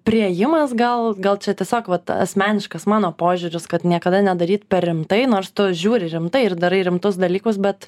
priėjimas gal gal čia tiesiog vat asmeniškas mano požiūris kad niekada nedaryt per rimtai nors tu žiūri rimtai ir darai rimtus dalykus bet